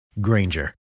Granger